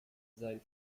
sein